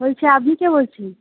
বলছি আপনি কে বলছেন